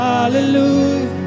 Hallelujah